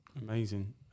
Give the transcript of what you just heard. Amazing